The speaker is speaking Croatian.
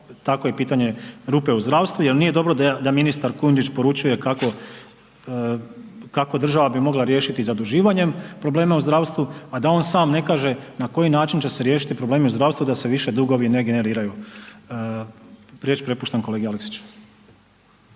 tako i pitanje rupe u zdravstvu jel nije dobro da ministar Kujundžić poručuje kako bi država mogla riješiti zaduživanjem probleme u zdravstvu, a da on sam ne kaže na koji način će se riješiti problemi u zdravstvu da se više dugovi ne generiraju. Riječ prepuštam kolegi Aleksiću.